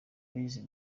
lydia